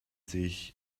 sich